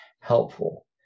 helpful